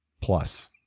plus